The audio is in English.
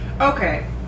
Okay